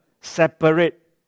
separate